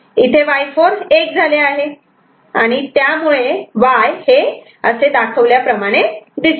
इथे Y4 '1' झाले आहे आणि त्यामुळे Y हे असे दिसते